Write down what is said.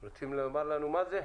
רוצים לומר לנו מה זה?